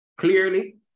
Clearly